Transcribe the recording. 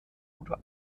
oder